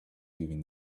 even